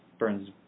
Burns